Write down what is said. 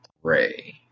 ray